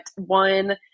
one